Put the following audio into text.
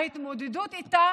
ההתמודדות איתה